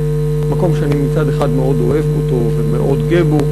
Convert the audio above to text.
מקום שאני מצד אחד מאוד אוהב אותו ומאוד גא בו,